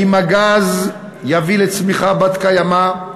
האם הגז יביא לצמיחה בת-קיימא,